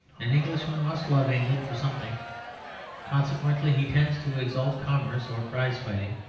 an englishman must love england for something consequently, he tends to exalt commerce or prize-fighting,